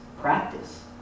practice